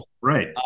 right